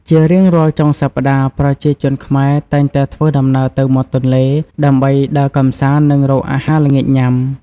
ជារៀងរាល់ចុងសប្ដាហ៍ ប្រជាជនខ្មែរតែងតែធ្វើដំណើរទៅមាត់ទន្លេ ដើម្បីដើរកំសាន្ត និងរកអាហារល្ងាចញុំា។